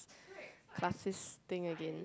classist thing again